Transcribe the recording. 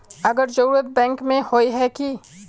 अगर जरूरत बैंक में होय है की?